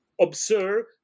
observe